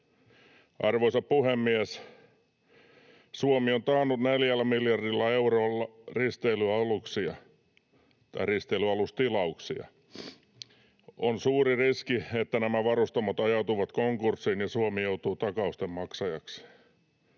Arvoisa puhemies! Suomi on taannut 4 miljardilla eurolla risteilyalustilauksia. On suuri riski, että nämä varustamot ajautuvat konkurssiin ja Suomi joutuu takausten maksajaksi.